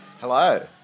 Hello